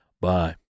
Bye